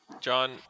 John